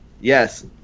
Yes